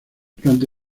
durante